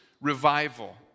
revival